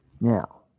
Now